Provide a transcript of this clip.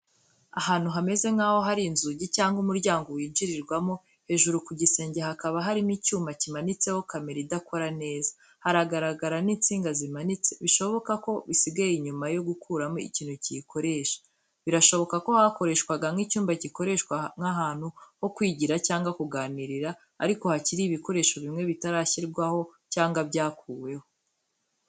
Ahantu hameze nkaho hari inzugi cyangwa umuryango winjirirwamo, hejuru ku gisenge hakaba harimo icyuma kimanitseho kamera idakora neza. Haragaragara n’insinga zimanitse, bishoboka ko bisigaye nyuma yo gukuramo ikintu kiyikoresha. Birashoboka ko hakoreshwaga nk’icyumba gikoreshwa nk’ahantu ho kwigira cyangwa kuganirira ariko hakiri ibikoresho bimwe bitarashyirwaho cyangwa byakuweho.